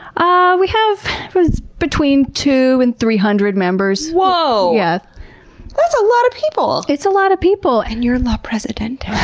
ah we have between two and three hundred members. whoa! yeah that's a lot of people. it's a lot of people! and you're la presidente!